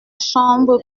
chambre